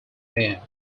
mayor